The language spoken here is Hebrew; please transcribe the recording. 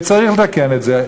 וצריך לתקן את זה.